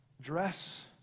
Dress